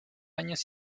años